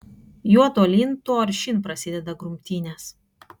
juo tolyn tuo aršyn prasideda grumtynės